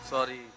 Sorry